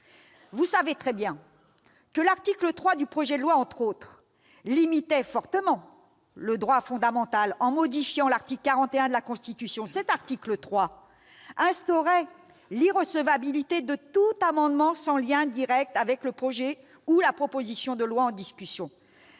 Vous savez très bien que l'article 3 du projet de loi, entre autres dispositions, limitait fortement le droit fondamental en modifiant l'article 41 de la Constitution. Cet article 3 instaurait l'irrecevabilité de tout amendement sans lien direct avec le projet ou la proposition de loi en discussion.